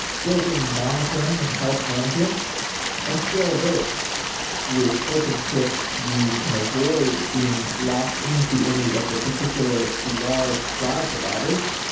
built-in monitoring and health management and scalability with openshift, you can avoid being locked into any of the particular large cloud providers.